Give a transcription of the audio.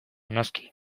noski